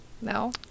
No